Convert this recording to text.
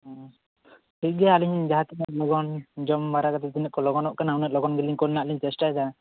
ᱦᱩ ᱴᱷᱤᱠ ᱜᱮᱭᱟ ᱟᱞᱤᱧ ᱡᱟᱦᱟᱸᱛᱤᱱᱟᱹᱜ ᱞᱚᱜᱟᱱ ᱡᱚᱢᱵᱟᱲᱟ ᱠᱟᱛᱮᱫ ᱛᱤᱱᱟᱹᱜ ᱠᱚ ᱞᱚᱜᱚᱱᱚᱜ ᱠᱟᱱᱟ ᱩᱱᱟᱹᱜ ᱞᱚᱜᱚᱱ ᱠᱳᱞ ᱨᱮᱱᱟᱜ ᱞᱤᱧ ᱪᱮᱥᱴᱟᱭᱮᱫᱟ